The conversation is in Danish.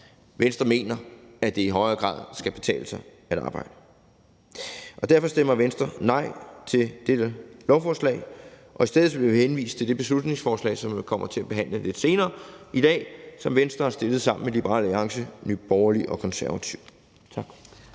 Venstre mener, at det i højere grad skal betale sig at arbejde. Derfor stemmer Venstre imod dette lovforslag. I stedet vil vi henvise til det beslutningsforslag, vi kommer til at behandle lidt senere i dag, som Venstre har fremsat sammen med Liberal Alliance, Nye Borgerlige og Konservative. Tak.